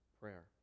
prayer